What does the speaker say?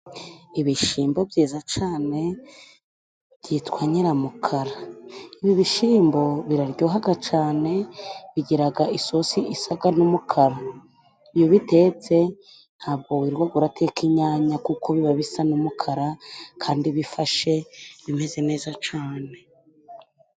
Ibishimbo byiza cane byitwa nyiramukara. Ibi bishyimbo biraryohaga cane bigiraga isosi isaga n'umukara. Iyo ubitetse ntabwo wirirwaga urateka inyanya kuko biba bisa n'umukara kandi bifashe bimeze neza cane.